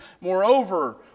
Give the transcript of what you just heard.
Moreover